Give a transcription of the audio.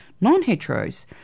Non-heteros